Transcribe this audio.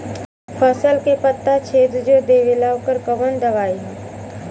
फसल के पत्ता छेद जो देवेला ओकर कवन दवाई ह?